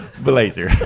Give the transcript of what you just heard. blazer